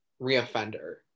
reoffender